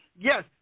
yes